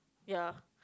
ya